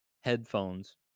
headphones